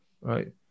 Right